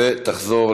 התשע"ז 2017,